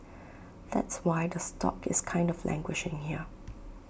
that's why the stock is kind of languishing here